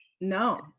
No